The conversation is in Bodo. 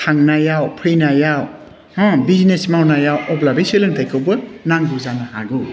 थांनायाव फैनायाव बिजनेस मावनायाव अब्ला बे सोलोंथाइखौबो नांगौ जानो हागौ